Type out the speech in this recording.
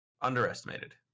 Underestimated